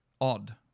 odd